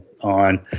on